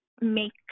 make